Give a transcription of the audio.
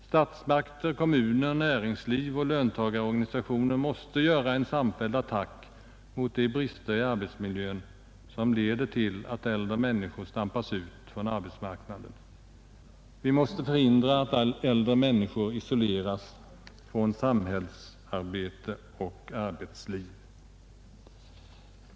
Statsmakter, kommuner, näringsliv och löntagarorganisationer måste göra en samfälld attack mot de brister i arbetsmiljön som leder till att äldre människor ”stampas ut” från arbetsmarknaden. Vi måste förhindra att äldre människor isoleras från samhällsarbete och arbetsliv.